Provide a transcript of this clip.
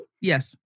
yes